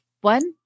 One